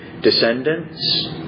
descendants